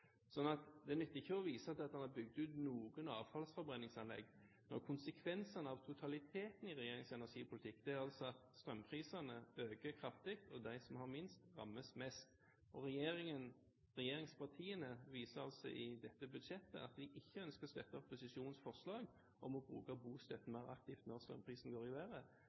det nytter ikke å vise til at en har bygd ut noen avfallsforbrenningsanlegg når konsekvensene av totaliteten i regjeringens energipolitikk er at strømprisene øker kraftig, og de som har minst, rammes mest. Regjeringspartiene viser i dette budsjettet at de ikke ønsker å støtte opposisjonens forslag om å bruke bostøtten mer aktivt når strømprisene går i